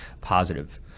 positive